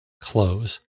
close